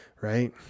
Right